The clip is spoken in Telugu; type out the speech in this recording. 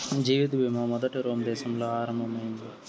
జీవిత బీమా మొదట రోమ్ దేశంలో ఆరంభం అయింది